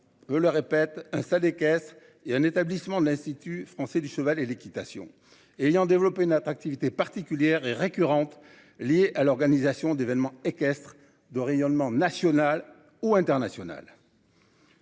Je le répète hein ça les caisses et un établissement de l'institut français du cheval et l'équitation et ayant développé une attractivité particulière et récurrentes liées à l'organisation d'événements équestres de rayonnement national ou international.